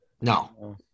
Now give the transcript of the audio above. No